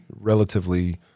relatively